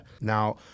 Now